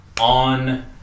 on